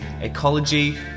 ecology